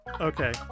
Okay